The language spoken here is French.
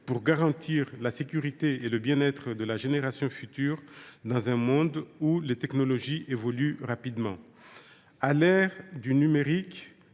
pour garantir la sécurité et le bien être des générations futures dans un monde où les technologies évoluent rapidement. À l’ère du numérique,